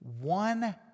One